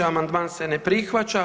Amandman se ne prihvaća.